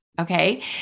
Okay